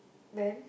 then